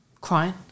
crying